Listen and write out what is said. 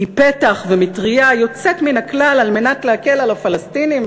היא פתח ומטרייה יוצאת מן הכלל על מנת להקל על הפלסטינים,